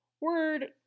Word